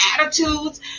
attitudes